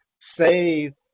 save